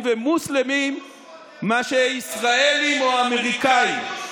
ומוסלמים מאשר ישראלים או אמריקנים.